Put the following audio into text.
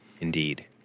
Indeed